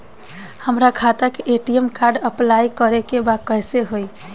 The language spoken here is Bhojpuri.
हमार खाता के ए.टी.एम कार्ड अप्लाई करे के बा कैसे होई?